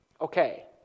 okay